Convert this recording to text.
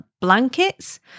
blankets